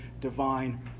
divine